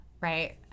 Right